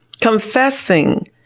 confessing